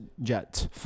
Jets